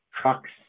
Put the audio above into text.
Trucks